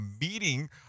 meeting